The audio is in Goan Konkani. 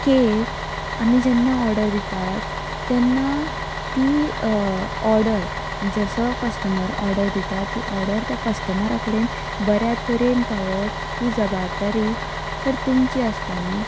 केक आमी जेन्ना ऑर्डर दितात तेन्ना ती ऑर्डर जसो कस्टमर ऑर्डर दिता ती ऑर्डर त्या कस्टमरा कडेन बऱ्या तरेन पावोवप ही जबाबदारी सर तुमची आसता न्ही